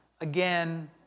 again